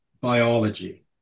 biology